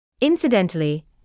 Incidentally